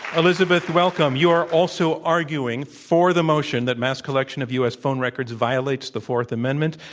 elizabeth, welcome. you are also arguing for the motion that mass collection of u. s. phone records violates the fourth amendment.